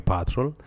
Patrol